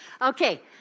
Okay